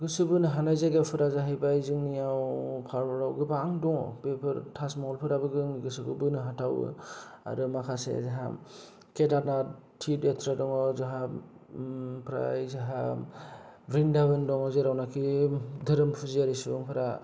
गोसो बोनो हानाय जायगाफोरा जाहैबाय जोंनिआव भारतआव गोबां दङ बेफोर ताजमहल फोराबो जोंनि गोसो बोनो हाथावो आरो माखासे जोंहा केदारनाट टिए ट्रेड दङ जोंहा ओमफ्राय जाहा ब्रिनदाबन दङ जेरावनाखि धोरोम फुजियारि सुबुंफोरा